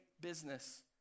business